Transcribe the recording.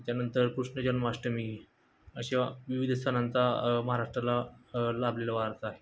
त्याच्यानंतर कृष्ण जन्माष्टमी अशा विविध सणांचा महाराष्ट्राला लाभलेला वारसा आहे